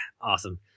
awesome